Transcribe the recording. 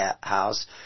house